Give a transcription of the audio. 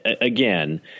again